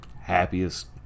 happiest